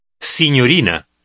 signorina